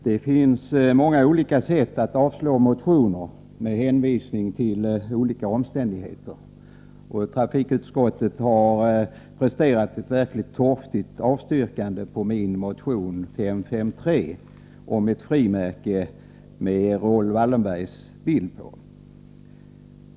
Herr talman! Det finns olika sätt att avslå motioner med hänvisning till skilda omständigheter. Trafikutskottet har presterat ett verkligt torftigt avstyrkande beträffande min motion 553 om ett frimärke med Raoul Wallenbergs bild.